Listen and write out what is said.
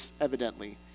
evidently